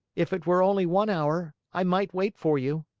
if it were only one hour, i might wait for you.